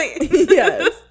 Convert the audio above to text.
Yes